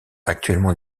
actuellement